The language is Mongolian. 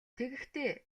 тэгэхдээ